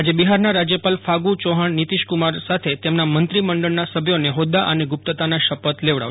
આજે બિહારના રાજ્યપાલ ફાગુ ચૌહાણ નીતીશકુમાર સાથે તેમના મંત્રી મંડળના સભ્યોને હોદ્દા અને ગુપ્તતાના શપથ લેવડાવશે